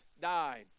died